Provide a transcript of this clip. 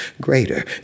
greater